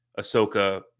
Ahsoka